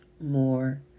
more